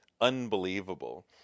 unbelievable